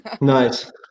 nice